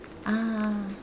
ah